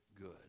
good